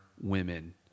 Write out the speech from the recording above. women